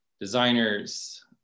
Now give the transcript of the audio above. designers